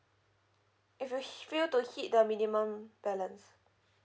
if you fail to hit the minimum balance